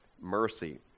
Mercy